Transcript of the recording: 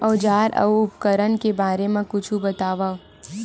औजार अउ उपकरण के बारे मा कुछु बतावव?